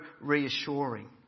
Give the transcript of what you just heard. reassuring